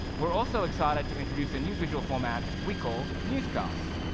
we're also excited to introduce a new visual format we call newscasts.